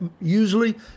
usually